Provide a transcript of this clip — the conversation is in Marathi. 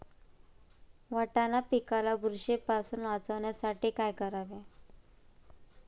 वाटाणा पिकाला बुरशीपासून वाचवण्यासाठी काय करावे?